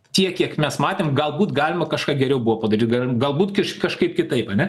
tiek kiek mes matėm galbūt galima kažką geriau buvo padaryt galbūt kažkaip kitaip ane